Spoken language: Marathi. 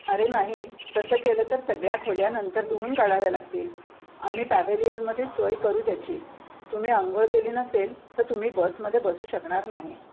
अरे नाही तसं केलं तर सगळ्या खोल्या नंतर धुऊन काढाव्या लागतील आम्ही पॅवेलियनमध्ये सोय करू त्याची तुम्ही अंघोळ केली नसेल तर तुम्ही बसमध्ये बसू शकणार नाही